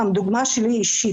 דוגמה אישית שלי.